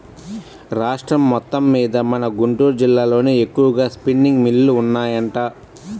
రాష్ట్రం మొత్తమ్మీద మన గుంటూరు జిల్లాలోనే ఎక్కువగా స్పిన్నింగ్ మిల్లులు ఉన్నాయంట